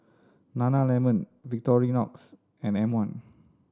Nana Lemon Victorinox and M One